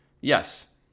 yes